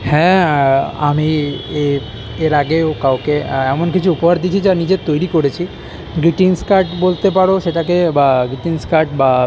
হ্যাঁ আমি এ এর এর আগেও কাউকে এমন কিছু উপহার দিয়েছি যা নিজে তৈরি করেছি গ্রিটিংস কার্ড বলতে পারো সেটাকে বা গ্রিটিংস কার্ড বা